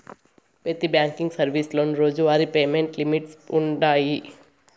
పెతి బ్యాంకింగ్ సర్వీసులోనూ రోజువారీ పేమెంట్ లిమిట్స్ వుండాయి